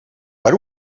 per